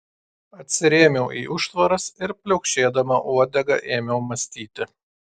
atsirėmiau į užtvaras ir pliaukšėdama uodega ėmiau mąstyti